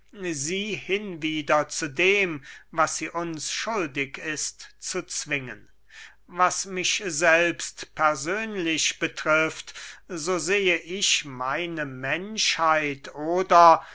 sie hinwieder zu dem was sie uns schuldig ist zu zwingen was mich selbst persönlich betrifft so sehe ich meine menschheit oder